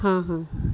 ہاں ہاں